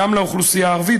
גם לאוכלוסייה הערבית,